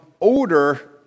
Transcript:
older